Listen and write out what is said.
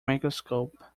microscope